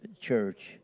church